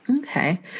Okay